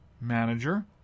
manager